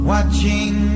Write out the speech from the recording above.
Watching